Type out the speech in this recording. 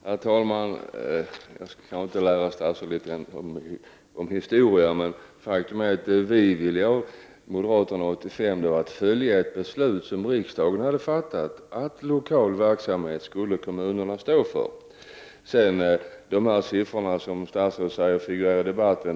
Herr talman! Jag skall inte lära statsrådet historia. Men faktum är att vad vi moderater ville 1985 var att det beslut skulle fullföljas som riksdagen hade fattat om att det är kommunerna som skall stå för den lokala verksamheten i detta sammanhang. Statsrådet uttalar sig om de siffror som figurerar i debatten.